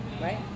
right